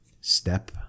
step